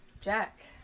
Jack